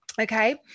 Okay